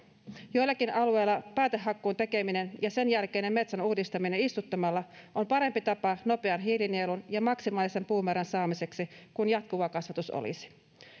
joillakin alueilla päätehakkuun tekeminen ja sen jälkeinen metsän uudistaminen istuttamalla on parempi tapa nopean hiilinielun ja maksimaalisen puumäärän saamiseksi kuin jatkuva kasvatus olisi